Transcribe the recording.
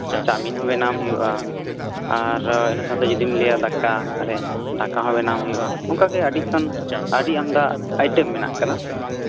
chowmein ᱦᱚᱸ ᱵᱮᱱᱟᱣ ᱟᱢ ᱦᱩᱭᱩᱜᱼᱟ ᱤᱱᱟᱹ ᱥᱟᱶᱛᱮ ᱫᱟᱠᱟ ᱛᱟᱦᱚᱞᱮ ᱫᱟᱠᱟ ᱦᱚᱸ ᱵᱮᱱᱟᱣ ᱟᱢ ᱦᱩᱭᱩᱜᱼᱟ ᱚᱱᱠᱟᱜᱮ ᱟᱹᱰᱤ ᱟᱢᱫᱟ ᱟᱭᱴᱮᱢ ᱢᱮᱱᱟᱜ ᱠᱟᱜᱼᱟ